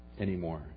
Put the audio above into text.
anymore